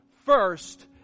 first